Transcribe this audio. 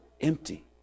Empty